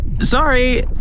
sorry